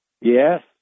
Yes